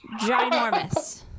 ginormous